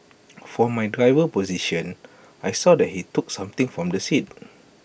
from my driver's position I saw that he took something from the seat